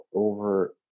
over